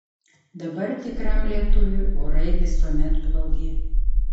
dabar tikram lietuviui orai visuomet blogi